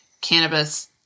cannabis